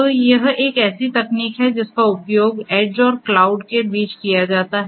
तो यह एक ऐसी तकनीक है जिसका उपयोग ऐड्ज और क्लाउड के बीच किया जाता है